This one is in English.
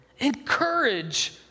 encourage